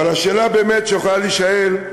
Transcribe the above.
אבל השאלה שבאמת יכולה להישאל: